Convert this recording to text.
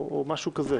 או משהו כזה.